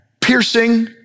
piercing